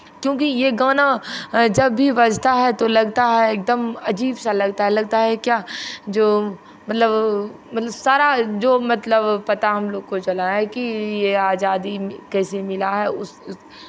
क्योंकि ये गाना जब भी बजता है तो लगता है एकदम अजीब सा लगता है लगता है क्या जो मतलब मतलब सारा जो मतलब पता हमलोग को चला है कि ये आज़ादी कैसे मिला है उस